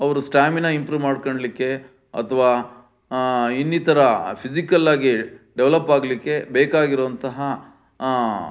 ಅವರು stamina improve ಮಾಡ್ಕಳ್ಲಿಕ್ಕೆ ಅಥವಾ ಇನ್ನಿತರ ಫಿಸಿಕಲ್ ಆಗಿ ಡೆವಲಪ್ ಆಗಲಿಕ್ಕೆ ಬೇಕಾಗಿರುವಂತಹ